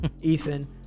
Ethan